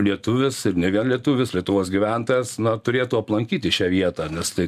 lietuvis ir ne vien lietuvis lietuvos gyventojas na turėtų aplankyti šią vietą nes tai